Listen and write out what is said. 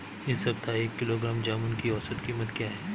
इस सप्ताह एक किलोग्राम जामुन की औसत कीमत क्या है?